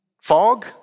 fog